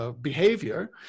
Behavior